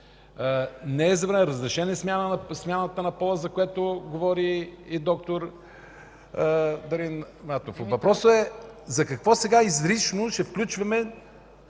Не е забранена, разрешена е смяната на пола, за което говори и доктор Дарин Матов. Въпросът е за какво изрично ще включваме